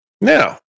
Now